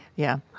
yeah.